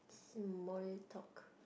s~ small talk